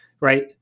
right